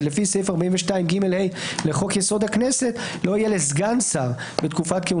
לא ייכנס לנוסח לקריאה